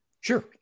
Sure